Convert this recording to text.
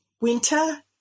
winter